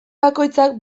bakoitzak